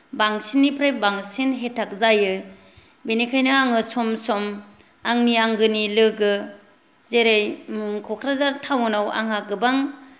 बांसिननिफ्राय बांसिन हेथाक जायो बेनिखायनो आङो सम सम आंनि आंगोनि लोगो जेरै क'क्राझार टाउनाव आंहा गोबां